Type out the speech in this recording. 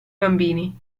bambini